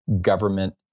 government